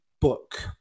book